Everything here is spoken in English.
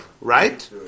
Right